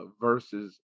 versus